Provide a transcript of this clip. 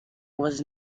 was